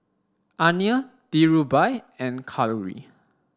Anil Dhirubhai and Kalluri